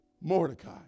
Mordecai